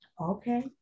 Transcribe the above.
Okay